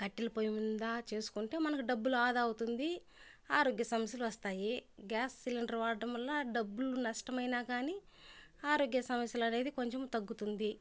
కట్టెల పొయ్యి మింద చేసుకుంటే మనకు డబ్బులు ఆదా అవుతుంది ఆరోగ్య సమస్యలు వస్తాయి గ్యాస్ సిలిండర్ వాడడం వల్ల డబ్బులు నష్టమైనా గానీ ఆరోగ్య సమస్యలనేది కొంచెం తగ్గుతుంది